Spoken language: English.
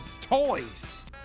toys